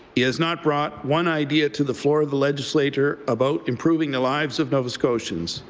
he has not brought one idea to the floor of the legislature about improving the lives of nova scotians.